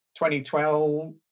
2012